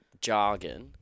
jargon